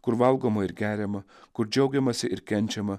kur valgoma ir geriama kur džiaugiamasi ir kenčiama